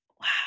wow